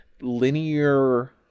linear